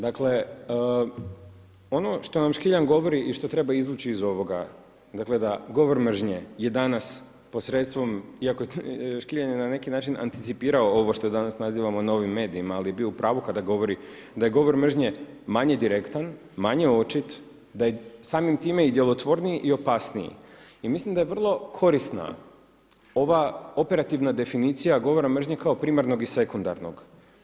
Dakle, ono što nam Škiljan govori i što treba izvući iz ovoga, dakle da govor mržnje je danas posredstvom, iako Škiljan je na neki način anticipirao ovo što danas nazivamo novim medijima, ali je bio u pravu kada govori da je govor mržnje manje direktan, manje očit, da je samim time i djelotvorniji i opasniji i mislim da je vrlo korisna ova operativna definicija govora mržnje kao primarnog i sekundarnog.